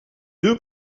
deux